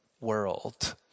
world